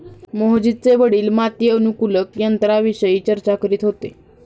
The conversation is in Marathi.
मोहजितचे वडील माती अनुकूलक यंत्राविषयी चर्चा करत होते